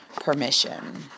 permission